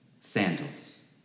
Sandals